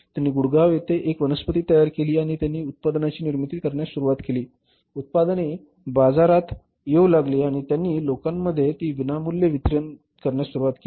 त्यांनी गुडगाव येथे एक वनस्पती तयार केली आणि त्यांनी उत्पादनाची निर्मिती करण्यास सुरुवात केली उत्पादने बाजारात येऊ लागली आणि त्यांनी लोकांमध्ये ती विनामूल्य वितरित करण्यास सुरवात केली